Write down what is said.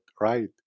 right